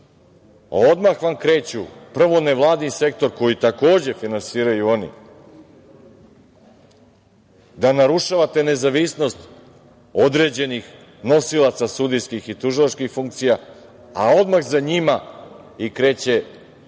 odmah vam kreću, prvo, nevladin sektor koji takođe finansiraju oni, da narušavate nezavisnost određenih nosilaca sudijskih i tužilačkih funkcija, a odmah za njima kreće, ne mogu